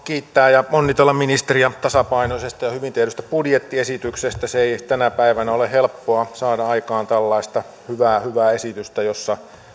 kiittää ja onnitella ministeriä tasapainoisesta ja hyvin tehdystä budjettiesityksestä se ei tänä päivänä ole helppoa saada aikaan tällaista hyvää hyvää esitystä jossa